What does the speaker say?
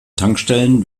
tankstellen